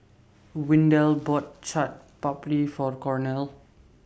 Windell bought Chaat Papri For Cornel